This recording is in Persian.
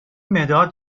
مداد